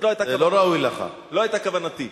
זו לא היתה כוונתי.